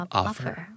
offer